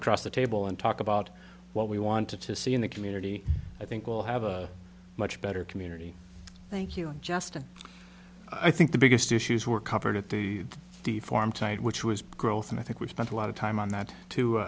across the table and talk about what we want to see in the community i think we'll have a much better community thank you justin i think the biggest issues were covered at the deform tide which was growth and i think we spent a lot of time on that to